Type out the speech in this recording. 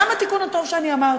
גם התיקון הטוב שאני אמרתי,